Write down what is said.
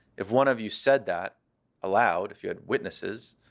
if one of you said that aloud, if you had witnesses,